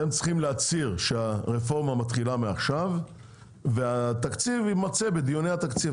אתם צריכים להצהיר שהרפורמה מתחילה מעכשיו והתקציב יימצא בדיוני התקציב,